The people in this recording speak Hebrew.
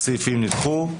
הסעיפים נדחו.